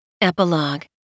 Epilogue